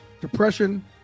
depression